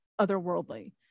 otherworldly